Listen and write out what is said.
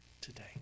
today